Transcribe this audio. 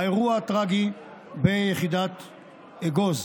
האירוע הטרגי ביחידת אגוז.